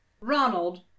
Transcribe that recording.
ronald